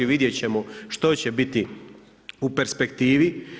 Vidjet ćemo što će biti u perspektivi.